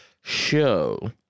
show